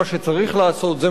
זה מה שראוי לעשות.